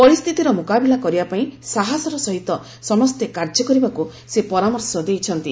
ପରିସ୍ଥିତିର ମୁକାବିଲା କରିବା ପାଇଁ ସାହସର ସହିତ ସମସ୍ତେ କାର୍ଯ୍ୟ କରିବାକୁ ସେ ପରାମର୍ଶ ଦେଇଛନ୍ତି